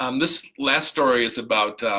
um this last story is about,